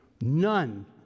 none